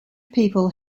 people